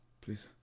Please